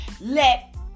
Let